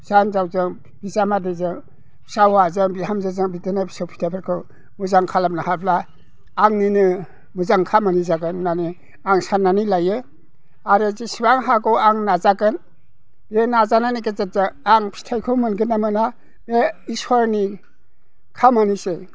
फिसा हिनजावजों बिजामादैजों फिसा हौवाजों बिहामजोजों बिदिनो फिसौ फिथाइफोरखौ मोजां खालामनो हायोब्ला आंनिनो मोजां खामानि जागोन होननानै आं साननानै लायो आरो जेसेबां हागौ आं नाजागोन बे नाजानायनि गेजेरजों आं फिथाइखौ मोनगोन ना मोना बे इसोरनि खामानिसै